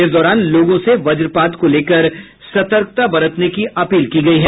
इस दौरान लोगों से वज्रपात को लेकर सतर्कता बरतने की अपील की गयी है